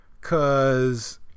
Cause